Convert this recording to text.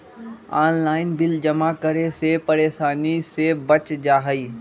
Online bill जमा करे से परेशानी से बच जाहई?